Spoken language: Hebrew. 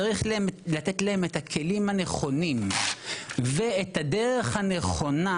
צריך לתת להם את הכלים הנכונים ואת הדרך הנכונה